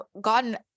gotten